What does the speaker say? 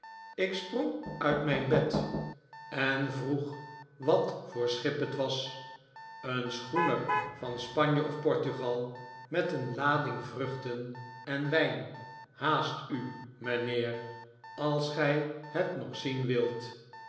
ik sprong mijn bed uit en vroeg wat voor schip het was een schoener van spanje of portugal met een lading vruchten en wijn haast u mijnheer als gij het nog zien wilt